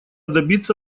добиться